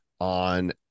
on